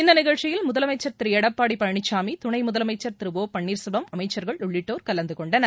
இந்த நிகழ்ச்சியில் முதலமைச்சர் திரு எடப்பாடி பழனிசாமி துணை முதலமச்சர் திரு ஓ பன்னீர்செல்வம் அமைச்சர்கள் உள்ளிட்டோர் கலந்துகொண்டனர்